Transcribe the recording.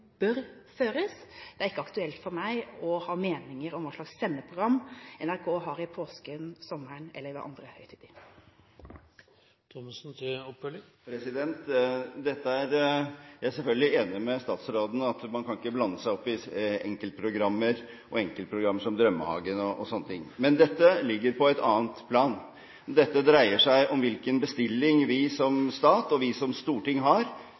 er ikke aktuelt for meg å ha meninger om hva slags sendeprogram NRK har i påsken, om sommeren eller ved andre høytider. Jeg er selvfølgelig enig med statsråden i at man ikke kan blande seg opp i enkeltprogrammer, som Drømmehagen og andre. Men dette ligger på et annet plan. Dette dreier seg om hvilken bestilling vi som stat og vi som storting har